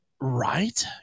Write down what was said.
Right